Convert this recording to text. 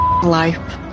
life